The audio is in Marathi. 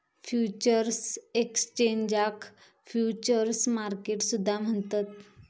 फ्युचर्स एक्सचेंजाक फ्युचर्स मार्केट सुद्धा म्हणतत